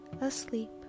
asleep